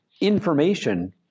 information